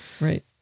Right